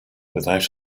without